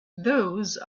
those